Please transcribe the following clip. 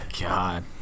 God